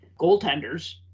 goaltenders